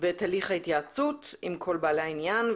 ואת הליך ההתייעצות עם כל בעלי העניין.